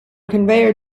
conveyor